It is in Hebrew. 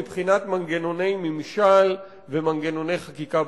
מבחינת מנגנוני ממשל ומנגנוני חקיקה,